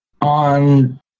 On